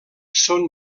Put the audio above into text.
són